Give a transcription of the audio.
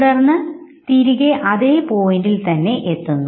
തുടർന്ന് തിരികെ അതെ പോയിന്റിൽ തന്നെ തിരികെ എത്തുന്നു